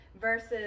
versus